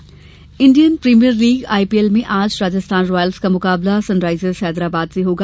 IPL match Indian Premier League IPL में आज Rajasthan Royals का मुकाबला सनराइजर्स हैदराबाद से होगा